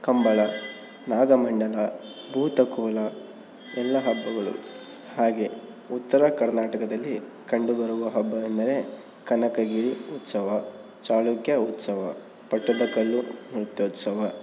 ಕಂಬಳ ನಾಗಮಂಡಲ ಭೂತಕೋಲ ಎಲ್ಲ ಹಬ್ಬಗಳು ಹಾಗೆ ಉತ್ತರ ಕರ್ನಾಟಕದಲ್ಲಿ ಕಂಡುಬರುವ ಹಬ್ಬವೆಂದರೆ ಕನಕಗಿರಿ ಉತ್ಸವ ಚಾಲುಕ್ಯ ಉತ್ಸವ ಪಟ್ಟದಕಲ್ಲು ಮತ್ತೆ ಉತ್ಸವ